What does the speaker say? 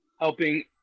helping